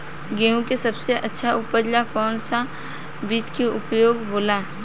गेहूँ के सबसे अच्छा उपज ला कौन सा बिज के उपयोग होला?